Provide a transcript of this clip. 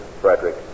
Frederick